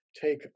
take